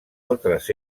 altres